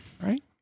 Right